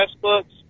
books